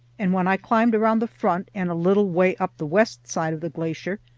and when i climbed around the front, and a little way up the west side of the glacier,